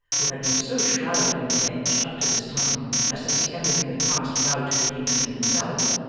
who had been so shrouded in a hedge up to this time as to see everything that passed without being seen himself,